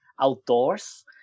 outdoors